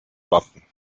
wappen